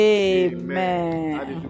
amen